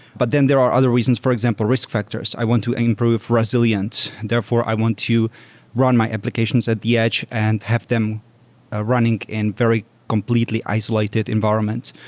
but then there are other reasons, for example, risk factors. i want to improve resilient. therefore, i want to run my applications at the edge and have them ah running in very completely isolated environment.